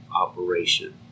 operation